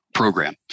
program